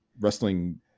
wrestling